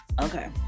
Okay